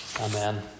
amen